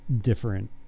different